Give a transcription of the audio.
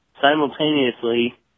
simultaneously